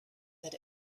that